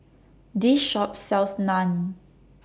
This Shop sells Naan